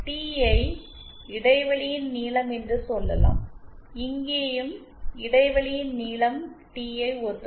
D யை இடைவெளியின் நீளம் என்று சொல்லலாம் இங்கேயும் இடைவெளியின் நீளம் டிஐ ஒத்தது